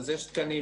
אז יש תקנים,